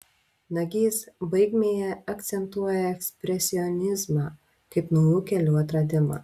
nagys baigmėje akcentuoja ekspresionizmą kaip naujų kelių atradimą